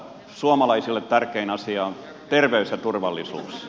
suomalaisille tärkein asia on terveys ja turvallisuus